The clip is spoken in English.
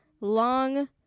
long